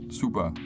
super